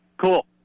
Cool